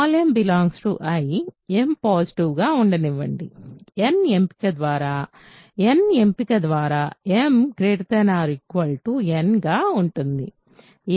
m I m positive గా ఉండనివ్వండి n ఎంపిక ద్వారా n ఎంపిక ద్వారా m n గా ఉంటుంది